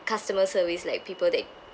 customer service like people they